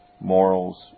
morals